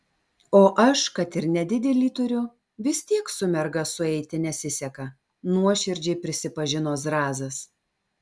o aš kad ir nedidelį turiu vis tiek su merga sueiti nesiseka nuoširdžiai prisipažino zrazas